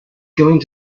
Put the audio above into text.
going